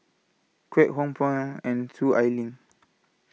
Kwek Hong Png and Soon Ai Ling